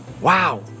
Wow